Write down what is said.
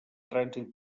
trànsit